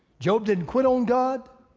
job didn't quit on god,